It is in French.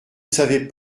savez